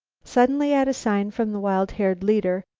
suddenly, at a sign from the wild-haired leader,